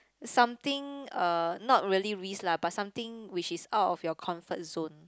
something uh not really risk lah but something which is out of your comfort zone